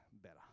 better